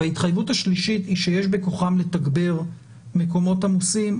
וההתחייבות השלישית היא שיש בכוחם לתגבר מקומות עמוסים.